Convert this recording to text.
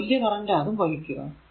അത് വലിയ കറന്റ് ആകും വഹിക്കുക